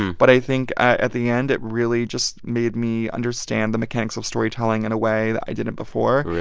but i think at the end, it really just made me understand the mechanics of storytelling in a way that i didn't before really?